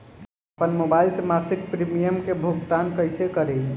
आपन मोबाइल से मसिक प्रिमियम के भुगतान कइसे करि?